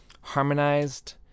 harmonized